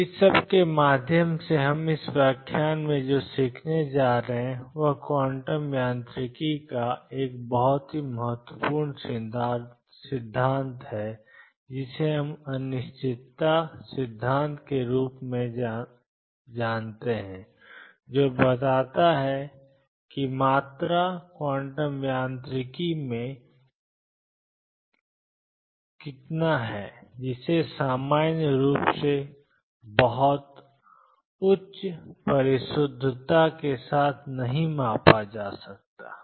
इस सब के माध्यम से हम इस व्याख्यान में जो सीखने जा रहे हैं वह क्वांटम यांत्रिकी का एक बहुत ही महत्वपूर्ण सिद्धांत है जिसे अनिश्चितता सिद्धांत के रूप में जाना जाता है जो बताता है कि मात्रा क्वांटम यांत्रिकी में है जिसे सामान्य रूप से बहुत उच्च परिशुद्धता के साथ नहीं मापा जा सकता है